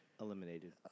eliminated